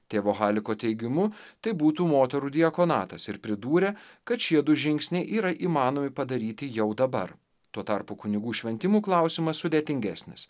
tėvo haliko teigimu tai būtų moterų diakonatas ir pridūrė kad šie du žingsniai yra įmanomi padaryti jau dabar tuo tarpu kunigų šventimų klausimas sudėtingesnis